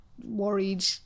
worried